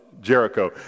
Jericho